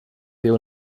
dio